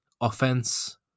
offense